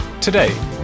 Today